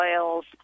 oils